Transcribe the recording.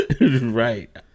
Right